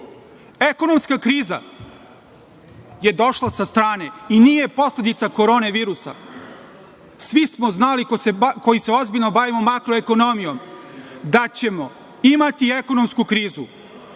Ekonomska kriza je došla sa strane i nije posledica Korona virusa. Svi smo znali koji se ozbiljno bavimo makroekonomijom da ćemo imati ekonomsku